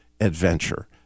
Adventure